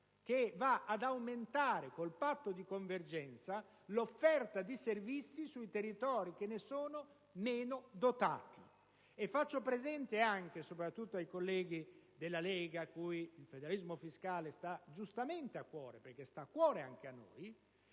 che va ad aumentare, con il patto di convergenza, l'offerta di servizi sui territori che ne sono meno dotati. Faccio presente anche - soprattutto ai colleghi della Lega, a cui il federalismo fiscale sta giustamente a cuore (e sta a cuore anche a noi)